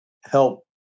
help